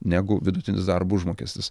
negu vidutinis darbo užmokestis